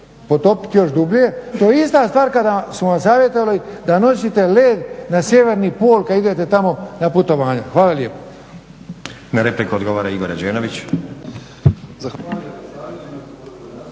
potopiti još dublje. To je ista stvar kao da su vam savjetovali da nosite led na sjeverni pol kad idete tamo na putovanje. Hvala lijepo. **Stazić, Nenad